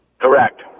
Correct